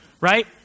right